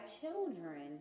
children